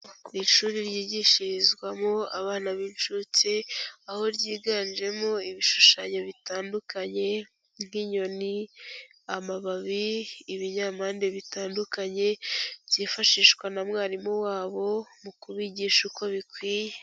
Ku ishuri ryigishirizwamo abana b'incuke. aho ryiganjemo ibishushanyo bitandukanye nk'inyoni, amababi, ibinyampande bitandukanye byifashishwa na mwarimu wabo, mu kubigisha uko bikwiye.